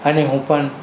અને હું પણ